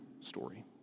story